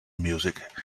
music